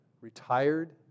retired